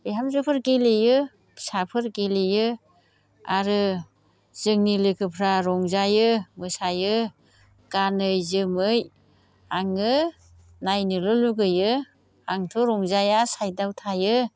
बिहामजोफोर गेलेयो फिसाफोर गेलेयो आरो जोंनि लोगोफ्रा रंजायो मोसायो गानै जोमै आङो नायनोल' लुबैयो आंथ' रंजाया साइदआव थायो